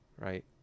right